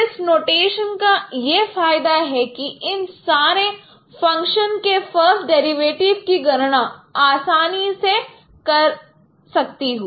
इस नोटेशन का यह फायदा है कि इन सारे फंक्शन के फ़र्स्ट डेरिवेटिव की गणना आसानी से कर सकता हूं